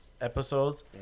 episodes